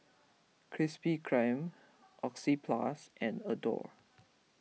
Krispy Kreme Oxyplus and Adore